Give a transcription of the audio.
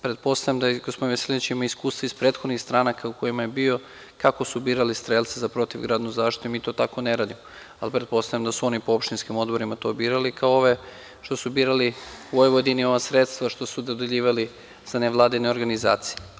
Pretpostavljam da i gospodin Veselinović ima iskustva iz prethodnih stranaka u kojima je bio, kako su birali strelce za protivgradnu zaštitu, mi to tako ne radimo, ali pretpostavljam da su oni po opštinskim odborima to birali, kao ove što su birali u Vojvodini ova sredstva što su dodeljivali za nevladine organizacije.